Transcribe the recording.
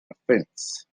offence